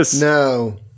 No